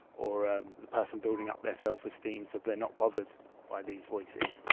or ah the person building up their self-esteem so they are not bothered by these voices.